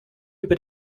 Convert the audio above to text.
über